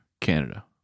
Canada